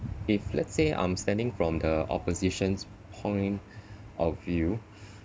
if let's say I'm standing from the opposition's point of view